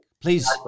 please